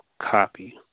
copy